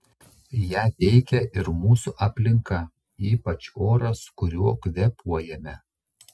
ją veikia ir mūsų aplinka ypač oras kuriuo kvėpuojame